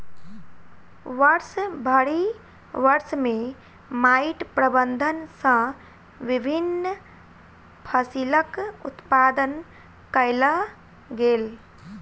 वर्षभरि वर्ष में माइट प्रबंधन सॅ विभिन्न फसिलक उत्पादन कयल गेल